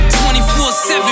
24/7